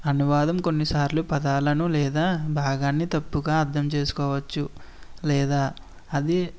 అనువాదం కొన్నిసార్లు పదాలను లేదా భాగాన్ని తప్పుగా అర్థం చేసుకోవచ్చు లేదా అది